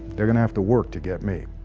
they're gonna have to work to get me.